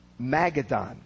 Magadan